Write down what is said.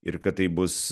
ir kad tai bus